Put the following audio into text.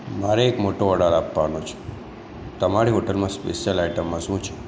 મારે એક મોટો ઑર્ડર આપવાનો છે તમારી હોટૅલમાં સ્પેશિયલ આઇટમમાં શું છે